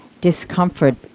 discomfort